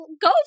go